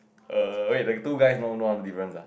err wait the two guys no no other difference ah